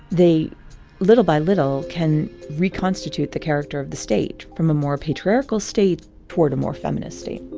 they little by little can reconstitute the character of the state from a more patriarchal state toward a more feministing